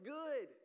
good